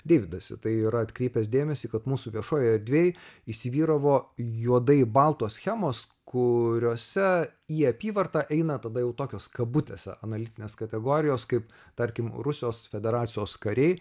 deividas į tai yra atkreipęs dėmesį kad mūsų viešojoj erdvėj įsivyravo juodai baltos schemos kuriose į apyvartą eina tada jau tokios kabutėse analitinės kategorijos kaip tarkim rusijos federacijos kariai